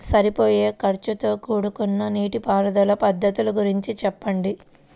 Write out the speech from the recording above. సరిపోయే ఖర్చుతో కూడుకున్న నీటిపారుదల పద్ధతుల గురించి చెప్పండి?